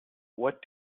what